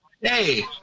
hey